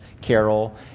carol